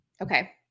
Okay